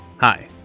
hi